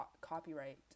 copyright